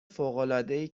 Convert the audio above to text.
فوقالعادهای